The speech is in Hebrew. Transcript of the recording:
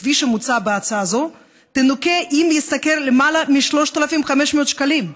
כפי שמוצע בהצעה זו תנוכה אם ישתכר למעלה מ-3,500 שקלים.